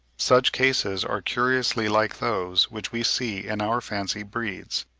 such cases are curiously like those which we see in our fancy breeds,